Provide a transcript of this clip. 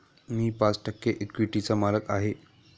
मी पाच टक्के इक्विटीचा मालक आहे